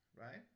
right